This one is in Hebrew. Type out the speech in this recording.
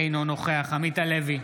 אינו נוכח עמית הלוי,